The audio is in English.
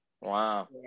Wow